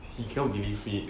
he cannot believe it